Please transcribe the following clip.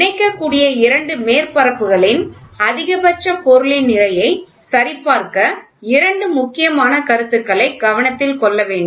இணைக்கக் கூடிய இரண்டு மேற்பரப்புகளின் அதிகபட்ச பொருளின் நிலையை சரி பார்க்க இரண்டு முக்கியமான கருத்துக்களை கவனத்தில் கொள்ள வேண்டும்